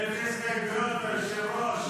זה לפי ההסתייגויות, היושב-ראש.